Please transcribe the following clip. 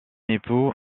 époux